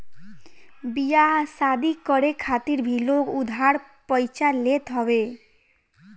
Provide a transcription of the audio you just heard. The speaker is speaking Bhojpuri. बियाह शादी करे खातिर भी लोग उधार पइचा लेत हवे